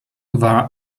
war